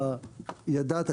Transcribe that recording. אתה ידעת,